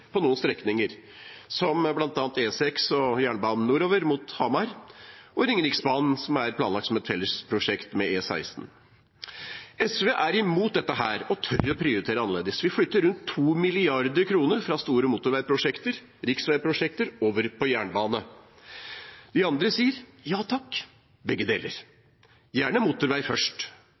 på noen strekninger, som bl.a. E6 og jernbanen nordover mot Hamar og Ringeriksbanen, som er planlagt som et felles prosjekt med E16. SV er imot dette og tør å prioritere annerledes. Vi flytter rundt 2 mrd. kr fra store motorveiprosjekter, riksveiprosjekter, over til jernbanen. De andre sier «ja takk, begge deler – gjerne motorvei først».